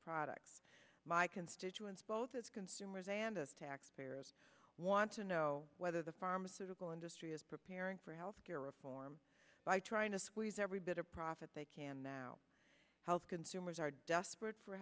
products my constituents both as consumers and as taxpayers want to know whether the pharmaceutical industry is preparing for health care reform by trying to squeeze every bit of profit they can now health consumers are desperate for